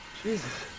Jesus